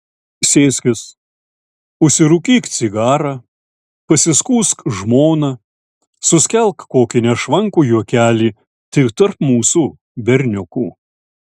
sėskis užsirūkyk cigarą pasiskųsk žmona suskelk kokį nešvankų juokelį tik tarp mūsų berniukų